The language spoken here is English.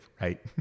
right